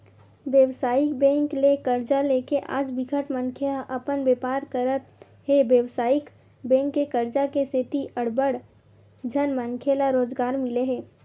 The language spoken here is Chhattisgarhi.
बेवसायिक बेंक ले करजा लेके आज बिकट मनखे ह अपन बेपार करत हे बेवसायिक बेंक के करजा के सेती अड़बड़ झन मनखे ल रोजगार मिले हे